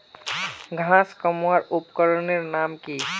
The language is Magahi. घांस कमवार उपकरनेर नाम की?